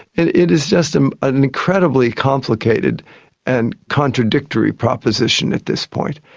it it is just an an incredibly complicated and contradictory proposition at this point,